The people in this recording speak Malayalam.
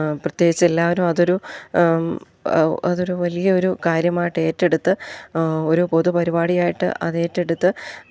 പ്രത്യേകിച്ച് എല്ലാവരും അതൊരു അതൊരു വലിയൊരു കാര്യമായിട്ട് ഏറ്റെടുത്ത് ഒരു പൊതു പരിപാടിയായിട്ട് അതേറ്റെടുത്ത്